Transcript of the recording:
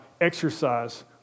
exercise